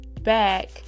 back